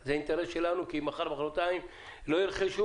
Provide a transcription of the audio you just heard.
זה אינטרס שלנו כי מחר או מחרתיים כבר לא ירכשו